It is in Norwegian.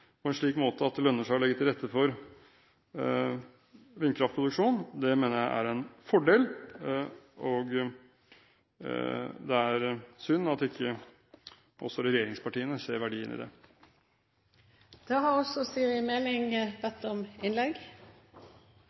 på en slik måte at det lønner seg å legge til rette for vindkraftproduksjon, mener jeg vil være en fordel. Det er synd at ikke også regjeringspartiene ser verdien i det.